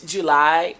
July